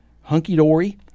hunky-dory